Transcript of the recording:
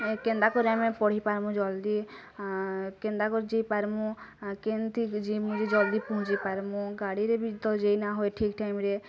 କେନ୍ତା କରି ଆମେ ପଢ଼ିପାର୍ ମୁଁ ଜଲ୍ଦି କେନ୍ତା ପାର୍ମୁଁ କେମିତି ଜିମୁଁ ଯେ ଜଲ୍ଦି ପହଁଛି ପାର୍ମୁଁ ଗାଡ଼ିରେ ବି ଯାଇଁନାହଁ ତ ଠିକ୍ ଟାଇମ୍ରେ